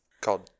called